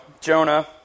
Jonah